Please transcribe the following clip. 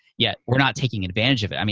yet we're not taking advantage of it. i mean